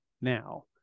now